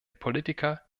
politiker